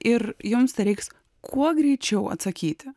ir jums tereiks kuo greičiau atsakyti